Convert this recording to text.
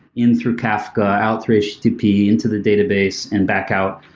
in through kafka, out through http, into the database and back out,